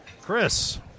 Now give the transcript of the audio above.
Chris